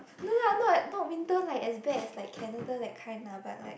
no no I'm not not winter like as bad as like Canada that kind lah but like